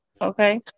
Okay